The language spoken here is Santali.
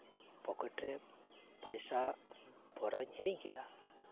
ᱯᱚᱠᱮᱴ ᱨᱮ ᱯᱚᱭᱥᱟ ᱵᱷᱚᱨᱟᱣᱤᱧ ᱦᱤᱲᱤᱧ ᱠᱮᱫᱟ